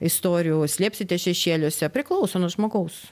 istorijų slėpsitės šešėliuose priklauso nuo žmogaus